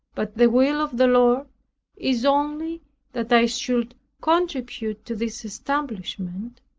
but the will of the lord is only that i should contribute to this establishment?